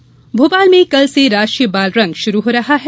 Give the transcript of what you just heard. बालरंग भोपाल में कल से राष्ट्रीय बालरंग शुरू हो रहा है